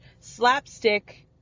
slapstick